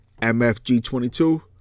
mfg22